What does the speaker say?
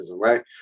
right